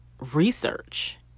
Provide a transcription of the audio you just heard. research